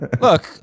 look